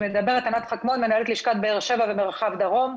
מדברת ענת חקמון, מנהלת לשכת באר שבע ומרחב דרום.